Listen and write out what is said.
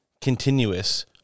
continuous